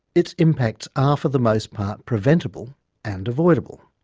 its impacts are for the most part preventable and avoidable.